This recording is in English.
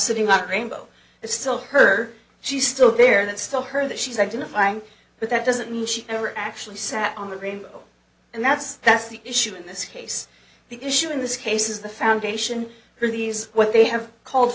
sitting on a rainbow is still her she's still there that's still her that she's identifying but that doesn't mean she ever actually sat on the green and that's that's the issue in this case the issue in this case is the foundation for these what they have called